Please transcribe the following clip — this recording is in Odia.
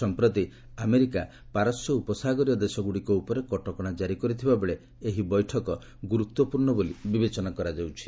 ସମ୍ପ୍ରତି ଆମେରିକା ପାରସ୍ୟ ଉପସାଗରୀୟ ଦେଶଗୁଡିକ ଉପରେ କଟକଣା ଜାରି କରିଥିବାବେଳେ ଏହି ବୈଠକ ଗୁରୁତ୍ୱପୂର୍୍ଣ ବୋଲି ବିବେଚନା କରାଯାଉଛି